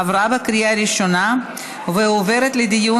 עברה בקריאה ראשונה ועוברת לדיון